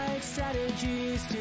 strategies